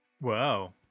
Wow